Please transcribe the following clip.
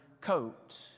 coat